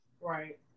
right